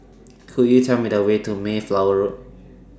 Could YOU Tell Me The Way to Mayflower Road